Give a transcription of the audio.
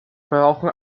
brauchen